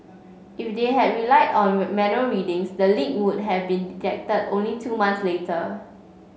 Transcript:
if they had relied on manual readings the leak would have been detected only two months later